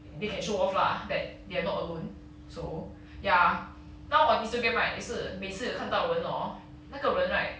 they can show off lah that they are not alone so ya now on instagram right get 每次每次看到人 hor 那个人 right